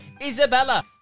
Isabella